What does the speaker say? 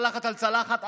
צלחת על צלחת,